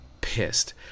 pissed